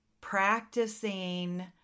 practicing